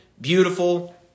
beautiful